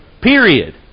Period